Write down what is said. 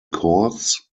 courts